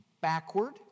backward